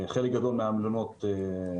חלק גדול מן המלונות סגורים,